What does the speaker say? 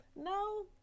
No